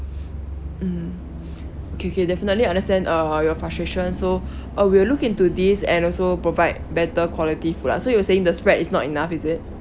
mm okay okay definitely I understand uh your frustration so uh we'll look into this and also provide better quality food lah so you were saying the spread is not enough is it